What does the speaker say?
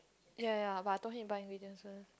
ya ya but I told him buy ingredients first